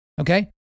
Okay